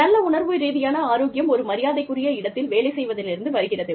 நல்ல உணர்வு ரீதியான ஆரோக்கியம் ஒரு மரியாதைக்குரிய இடத்தில் வேலை செய்வதிலிருந்து வருகிறது